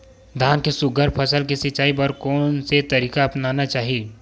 धान के सुघ्घर फसल के सिचाई बर कोन से तरीका अपनाना चाहि?